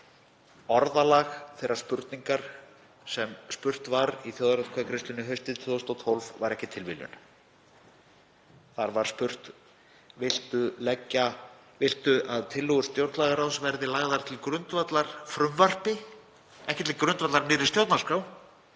orðalag þeirrar spurningar sem spurt var í þjóðaratkvæðagreiðslunni haustið 2012 var ekki tilviljun. Þar var spurt: Viltu að tillögur stjórnlagaráðs verði lagðar til grundvallar frumvarpi? — Ekki til grundvallar nýrri stjórnarskrá.